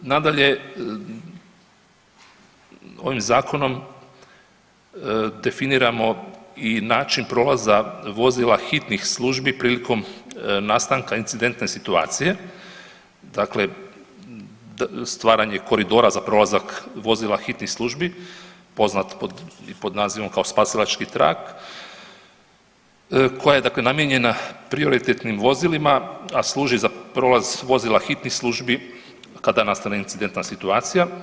Nadalje ovim Zakonom definiramo i način prolaza vozila hitnih službi prilikom nastanka incidentne situacije, dakle stvaranje koridora za prolazak vozila hitnih službi, poznat i pod nazivom kao spasilački trak koja je dakle namijenjena prioritetnim vozilima, a služi za prolaz vozila hitnih službi, kada nastane incidentna situacija.